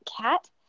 cat